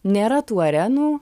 nėra tų arenų